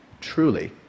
truly